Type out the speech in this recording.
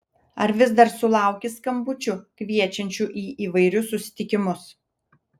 ar vis dar sulauki skambučių kviečiančių į įvairius susitikimus